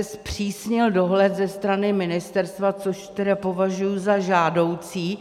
Zpřísnil se dohled ze strany ministerstva, což považuji za žádoucí.